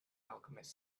alchemist